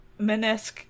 Menesque